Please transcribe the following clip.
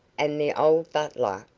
and the old butler,